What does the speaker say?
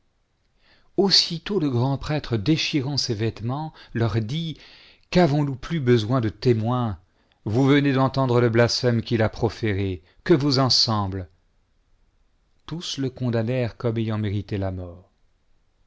aussitôt le grand-prêtre déchirant ses vêtements leur dit qu'avons-nous plus besoin de témoins vous venez d'entendre le blasphème quil a proféré que vous en semble tous le condamnèrent comme ayant mérité la mort